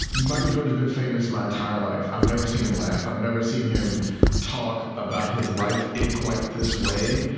michael jordan's been famous my entire life. i've never seen him laugh. i've never seen him talk about his life in quite this way.